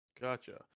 Gotcha